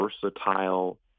versatile